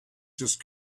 just